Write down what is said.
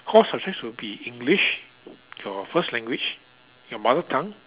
core subjects would be English your first language your mother tongue